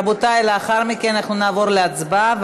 רבותי, לאחר מכן אנחנו נעבור להצבעה.